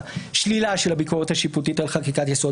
שלילה של הביקורת השיפוטית על חקיקת יסוד,